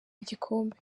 igikombe